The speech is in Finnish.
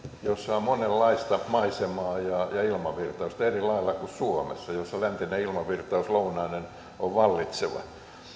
jossa on monenlaista maisemaa ja ilmavirtausta eri lailla kuin suomessa jossa läntinen ilmavirtaus lounainen on vallitseva